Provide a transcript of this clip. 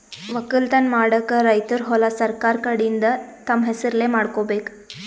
ವಕ್ಕಲತನ್ ಮಾಡಕ್ಕ್ ರೈತರ್ ಹೊಲಾ ಸರಕಾರ್ ಕಡೀನ್ದ್ ತಮ್ಮ್ ಹೆಸರಲೇ ಮಾಡ್ಕೋಬೇಕ್